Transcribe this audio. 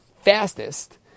fastest